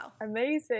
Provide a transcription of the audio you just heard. Amazing